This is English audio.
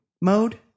mode